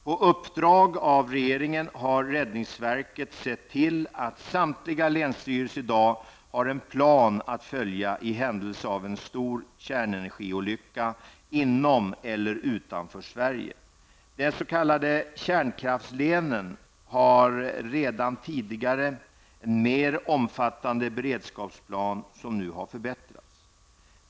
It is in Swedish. På uppdrag av regeringen har räddningsverket sett till att samtliga länsstyrelser i dag har en plan att följa i händelse av en stor kärnenergiolycka inom eller utanför Sverige. De s.k. kärnkraftslänen hade redan tidigare en mer omfattande beredskapsplan, som nu har förbättrats.